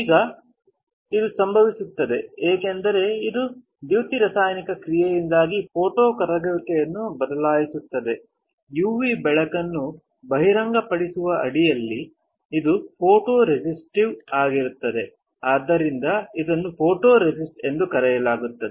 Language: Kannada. ಈಗ ಇದು ಸಂಭವಿಸುತ್ತದೆ ಏಕೆಂದರೆ ಇದು ದ್ಯುತಿರಾಸಾಯನಿಕ ಕ್ರಿಯೆಯಿಂದಾಗಿ ಫೋಟೋ ಕರಗುವಿಕೆಯನ್ನು ಬದಲಾಯಿಸುತ್ತದೆ ಯುವಿ ಬೆಳಕನ್ನು ಬಹಿರಂಗಪಡಿಸುವ ಅಡಿಯಲ್ಲಿ ಇದು ಫೋಟೊಸೆನ್ಸಿಟಿವ್ ಆಗಿರುತ್ತದೆ ಆದ್ದರಿಂದ ಇದನ್ನು ಫೋಟೊರೆಸಿಸ್ಟ್ ಎಂದು ಕರೆಯಲಾಗುತ್ತದೆ